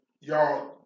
y'all